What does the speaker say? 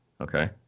Okay